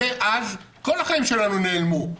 מאז כל החיים שלנו נעלמו.